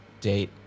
date